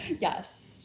Yes